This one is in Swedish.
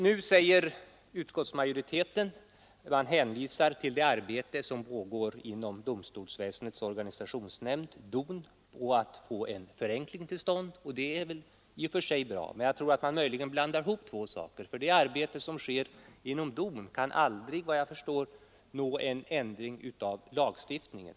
Nu hänvisar utskottsmajoriteten till det arbete som pågår inom domstolsväsendets organisationsnämnd, DON, med att få till stånd en förenkling, och det är väl i och för sig bra. Men jag tror att man möjligen blandar ihop två saker. Det arbete som utförs inom DON kan såvitt jag förstår aldrig leda till någon ändring i lagstiftningen.